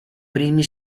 primi